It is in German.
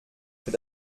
für